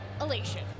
elation